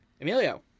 Emilio